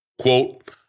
Quote